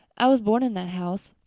i was born in that house.